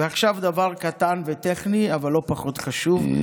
ועכשיו דבר קטן וטכני אבל לא פחות חשוב,